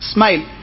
Smile